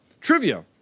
Trivia